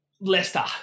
Leicester